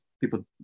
people